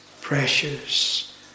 precious